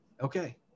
Okay